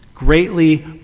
greatly